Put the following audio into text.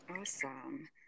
Awesome